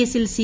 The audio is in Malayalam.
കേസിൽ സി